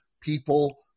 people